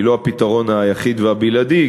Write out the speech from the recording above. היא לא הפתרון היחיד והבלעדי,